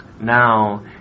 Now